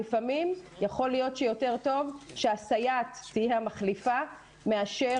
לפעמים יכול להיות שיותר טוב שהסייעת תהיה המחליפה מאשר